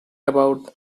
about